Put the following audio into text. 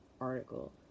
article